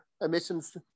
emissions